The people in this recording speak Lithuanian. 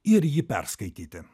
ir jį perskaityti